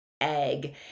egg